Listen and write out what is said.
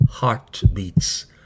heartbeats